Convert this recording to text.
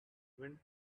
went